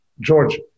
George